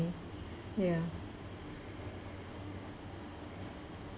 ya